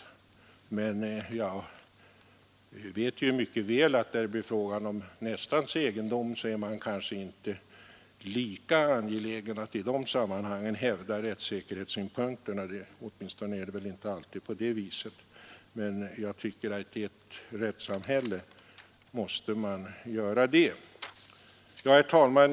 Jag vet emellertid också mycket väl att när det blir fråga om nästans egendom är man kanske inte lika angelägen att hävda rättssäkerhetssynpunkterna, men jag tycker att ett ansvarigt statsråd i ett rättssamhälle måste göra det. Fru talman!